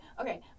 okay